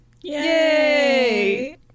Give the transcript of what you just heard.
Yay